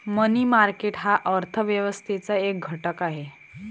मनी market हा अर्थ व्यवस्थेचा एक घटक आहे